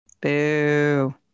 Boo